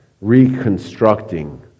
reconstructing